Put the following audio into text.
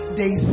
day